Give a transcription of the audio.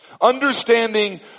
Understanding